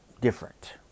different